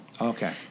Okay